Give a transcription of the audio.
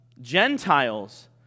Gentiles